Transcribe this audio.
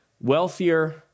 wealthier